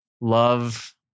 love